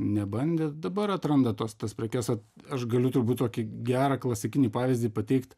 nebandė dabar atranda tas tas prekes vat aš galiu turbūt tokį gerą klasikinį pavyzdį pateikt